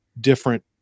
different